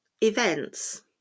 events